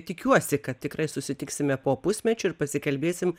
tikiuosi kad tikrai susitiksime po pusmečio ir pasikalbėsim